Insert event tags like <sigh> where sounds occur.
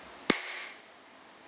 <noise>